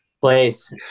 place